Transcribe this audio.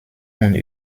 und